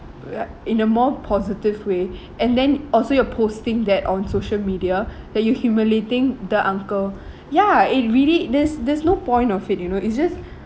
like in a more positive way and then also you're posting that on social media that you humiliating the uncle ya it really there's there's no point of it you know it's just